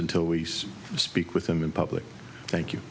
until we say speak with them in public thank you